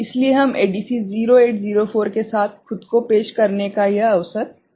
इसलिए हम ADC 0804 के साथ खुद को पेश करने का यह अवसर लेते हैं